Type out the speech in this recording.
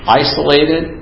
isolated